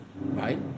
right